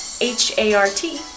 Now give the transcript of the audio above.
H-A-R-T